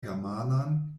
germanan